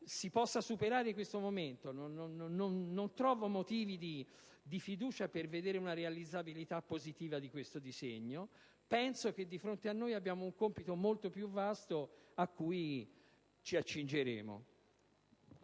si possa superare questo momento, ma non trovo motivi di fiducia per vedere realizzato positivamente di questo disegno. Penso che di fronte a noi abbiamo un compito molto più vasto, al quale ci accingeremo.